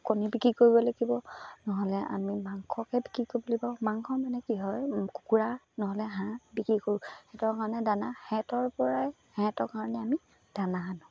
কণী বিক্ৰী কৰিব লাগিব নহ'লে আমি মাংসকে বিক্ৰী কৰিব লাগিব মাংস মানে কি হয় কুকুৰা নহ'লে হাঁহ বিক্ৰী কৰোঁ সিহঁতৰ কাৰণে দানা সিহঁতৰপৰাই সিহঁতৰ কাৰণে আমি দানা সানোঁ